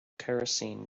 kerosene